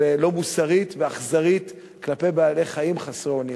לא מוסרית ואכזרית כלפי בעלי-חיים חסרי אונים.